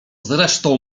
zresztą